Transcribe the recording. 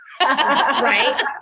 Right